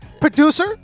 Producer